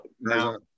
now